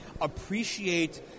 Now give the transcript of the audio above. appreciate